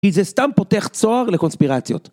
כי זה סתם פותח צוהר לקונספירציות.